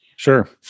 Sure